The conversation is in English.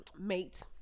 mate